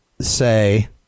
say